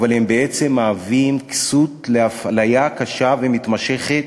אבל הם בעצם מהווים כסות לאפליה קשה ומתמשכת